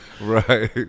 Right